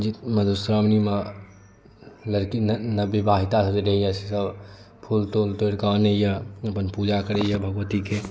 मधुश्रावणीमे लड़की नवविवहिता जे रहैए सेसब फूल तूल तोड़िकऽ आनैए अपन पूजा करैए भगवतीके